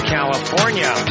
California